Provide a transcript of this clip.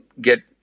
get